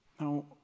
Now